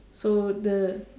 so the